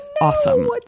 awesome